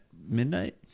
midnight